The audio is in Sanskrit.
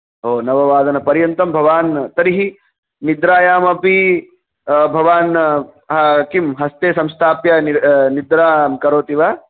ओ नववादनपर्यन्तं भवान् तर्हि निद्रायामपि भवान् किं हस्ते संस्थाप्य निद्रां करोति वा